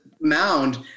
mound